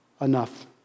enough